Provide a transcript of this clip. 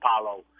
Apollo